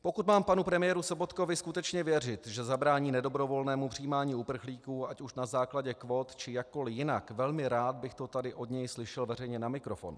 Pokud mám panu premiéru Sobotkovi skutečně věřit, že zabrání nedobrovolnému přijímání uprchlíků, ať už na základě kvót, či jakkoli jinak, velmi rád by to tady od něj slyšel veřejně na mikrofon.